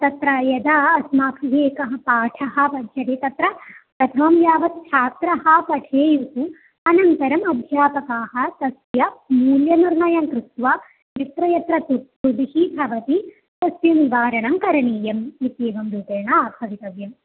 तत्र यदा अस्माभिः एकः पाठः पठ्यते तत्र प्रथमं यावत् छात्राः पठेयुः अनन्तरम् अध्यापकाः तस्य मूल्यनिर्णयं कृत्वा यत्र यत्र तृस् तृटिः भवति तस्य निवारणं करणीयम् इत्येवं रूपेण आ भवितव्यम्